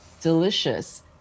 delicious